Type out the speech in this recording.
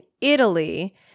Italy